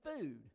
food